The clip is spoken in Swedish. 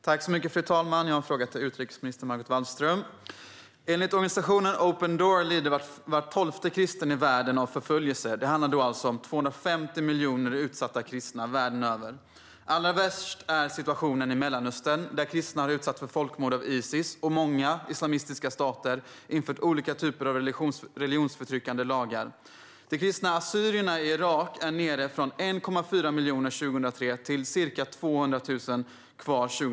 Fru talman! Jag har en fråga till utrikesminister Margot Wallström. Enligt organisationen Open Doors förföljs var tolfte kristen i världen. Det handlar om 250 miljoner utsatta kristna världen över. Allra värst är situationen i Mellanöstern där kristna har utsatts för folkmord av Isis och många islamistiska stater har infört olika typer av religionsförtryckande lagar. De kristna assyrierna i Irak har minskat från 1,4 miljoner 2003 till dagens ca 200 000.